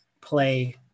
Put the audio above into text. play